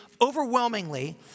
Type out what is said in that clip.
overwhelmingly